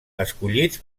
escollits